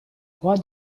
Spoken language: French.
roi